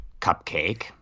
cupcake